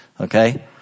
Okay